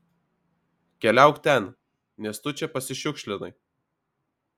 keliauk ten nes tu čia pasišiukšlinai